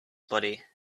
body